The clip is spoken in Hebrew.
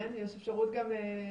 כן, יש אפשרות גם לראות?